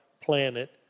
planet